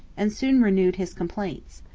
and soon renewed his complaints.